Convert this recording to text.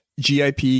GIP